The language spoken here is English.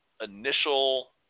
initial